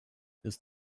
ist